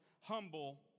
humble